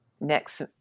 next